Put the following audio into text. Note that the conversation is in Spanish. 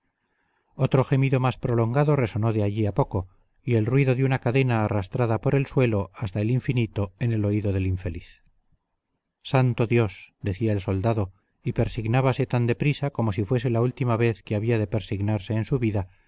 otro gemido más prolongado resonó de allí a poco y el ruido de una cadena arrastrada por el suelo hasta el infinito en el oído del infeliz santo dios decía el soldado y persignábase tan de prisa como si fuese la última vez que había de persignarse en su vida